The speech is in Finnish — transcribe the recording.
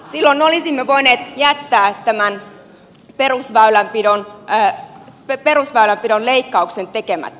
silloin olisimme voineet jättää tämän perusväylänpidon leikkauksen tekemättä